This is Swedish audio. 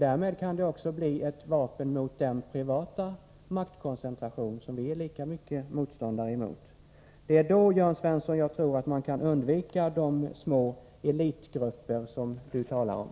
Därmed kan det också bli ett vapen mot den privata maktkoncentration som vi är lika mycket motståndare till. Det är då vi kan undvika de små elitgrupper som Jörn Svensson talar om.